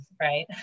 right